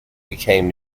became